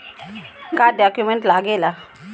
का डॉक्यूमेंट लागेला?